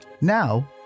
Now